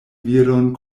viron